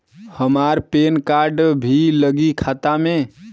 हमार PAN card भी लगी खाता में?